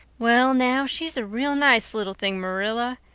well now, she's a real nice little thing, marilla.